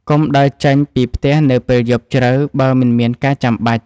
កុំដើរចេញពីផ្ទះនៅពេលយប់ជ្រៅបើមិនមានការចាំបាច់។